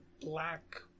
Black